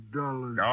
dollars